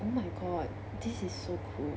oh my god this is so cool